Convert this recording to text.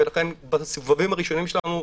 ולכן בסבבים הראשונים שלנו,